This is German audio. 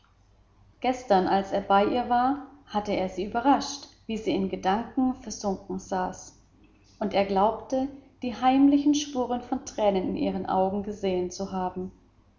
gestern als er bei ihr war hatte er sie überrascht wie sie in gedanken versunken saß und er glaubte die heimlichen spuren von tränen in ihrem auge gesehen zu haben